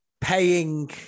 paying